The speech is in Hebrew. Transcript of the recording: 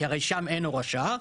כי הרי שם אין הוראת שעה,